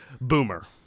Boomer